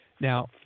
Now